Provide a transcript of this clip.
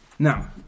Now